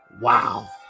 Wow